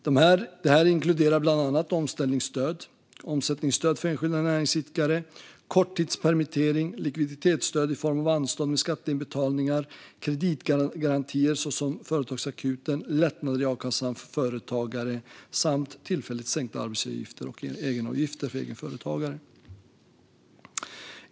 Åtgärderna inkluderar bland annat omställningsstöd, omsättningsstöd för enskilda näringsidkare, korttidspermittering, likviditetsstöd i form av anstånd med skatteinbetalningar, kreditgarantier såsom Företagsakuten, lättnader i a-kassan för företagare samt tillfälligt sänkta arbetsgivaravgifter och egenavgifter.